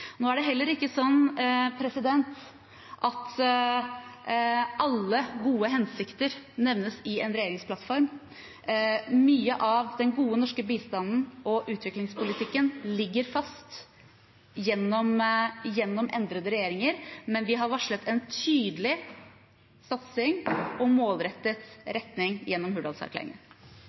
Nå er det heller ikke sånn at alle gode hensikter nevnes i en regjeringsplattform. Mye av den gode norske bistanden og utviklingspolitikken ligger fast gjennom endrede regjeringer, men vi har varslet en tydelig satsing og målrettet retning gjennom